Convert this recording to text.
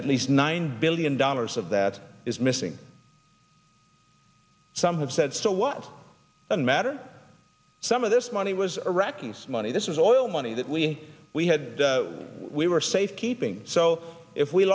at least nine billion dollars of that is missing some have said so what does it matter some of this money was iraqis money this was all money that we we had we were safe keeping so if we